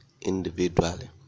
individually